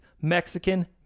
Mexican